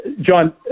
John